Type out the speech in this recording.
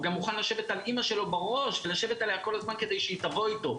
הוא גם מוכן לשבת על אימא שלו בראש ולשבת עליה כדי שהיא תבוא איתו.